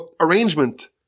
arrangement